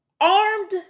armed